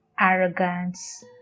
arrogance